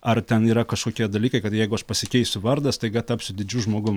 ar ten yra kažkokie dalykai kad jeigu aš pasikeisiu vardą staiga tapsiu didžiu žmogum